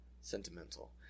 sentimental